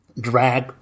drag